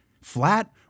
flat